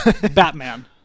Batman